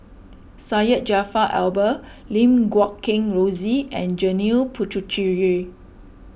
Syed Jaafar Albar Lim Guat Kheng Rosie and Janil Puthucheary